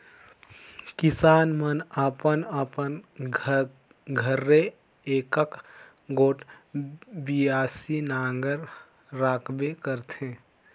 किसान मन अपन अपन घरे एकक गोट बियासी नांगर राखबे करथे